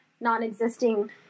non-existing